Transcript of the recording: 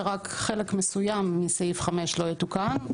שרק חלק מסוים מסעיף 5 לא יתוקן.